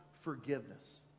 forgiveness